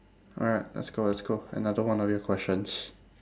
alright let's go let's go another one of your questions